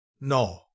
no